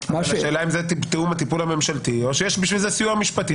השאלה אם זה טיפול ממשלתי או שיש בשביל זה סיוע משפטי?